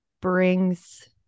brings